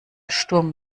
sturm